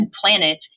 planet